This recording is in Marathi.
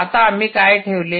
आता आम्ही काय ठेवले